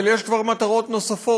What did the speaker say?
אבל יש כבר מטרות נוספות,